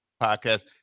Podcast